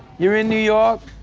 you're in new york,